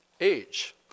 age